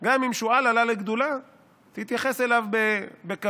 גם אם שועל עלה לגדולה תתייחס אליו בכבוד,